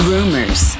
Rumors